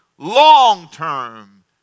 long-term